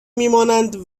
میمانند